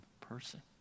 person